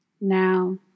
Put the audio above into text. Now